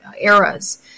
eras